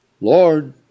Lord